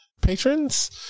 patrons